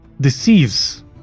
deceives